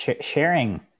sharing